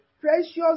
precious